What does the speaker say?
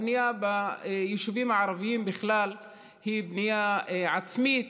הבנייה ביישובים הערביים בכלל היא בנייה עצמית,